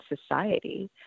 society